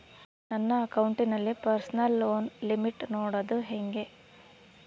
ನನ್ನ ಅಕೌಂಟಿನಲ್ಲಿ personal loan limit ನೋಡದು ಹೆಂಗೆ?